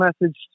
message